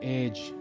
age